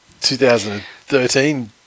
2013